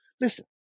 listen